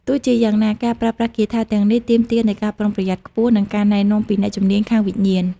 ទោះជាយ៉ាងណា ការប្រើប្រាស់គាថាទាំងនេះទាមទារនូវការប្រុងប្រយ័ត្នខ្ពស់ និងការណែនាំពីអ្នកជំនាញខាងវិញ្ញាណ។